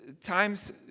times